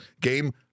Game